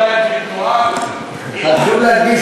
אני שמח